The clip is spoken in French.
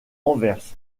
anvers